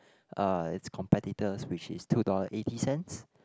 uh it's competitors which is two dollar eighty cents